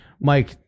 Mike